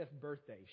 birthday